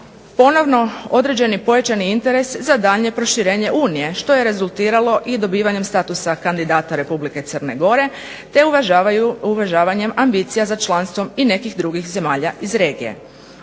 ponovno određeni pojačani interes za daljnje proširenje Unije, što je rezultiralo i dobivanjem statusa kandidata Republike Crne Gore, te uvažavanjem ambicija za članstvom i nekih drugih zemalja iz regije.